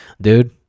Dude